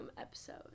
episode